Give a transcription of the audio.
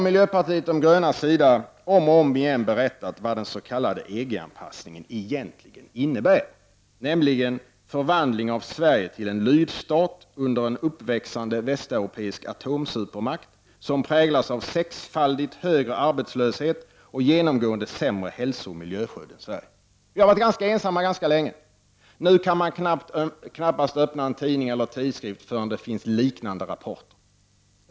Miljöpartiet de gröna har om och om igen berättat vad den s.k. EG-anpassningen egentligen innebär, nämligen en förvandling av Sverige till en lydstat under en uppväxande västeuropeisk atomsupermakt, som präglas av sexfaldigt högre arbetslöshet och genomgående sämre hälsooch miljöskydd än Sverige. Vi har varit ganska ensamma ganska länge. Nu kan man knappast öppna en tidning eller en tidskrift utan att se liknande rapporter.